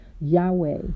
Yahweh